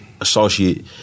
associate